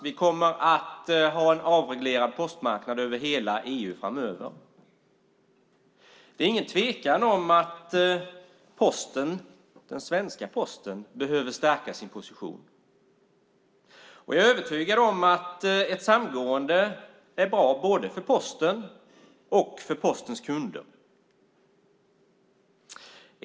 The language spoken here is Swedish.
Vi kommer att ha en avreglerad postmarknad över hela EU framöver. Det råder ingen tvekan om att den svenska Posten behöver stärka sin position. Jag är övertygad om att ett samgående är bra både för Posten och för Postens kunder.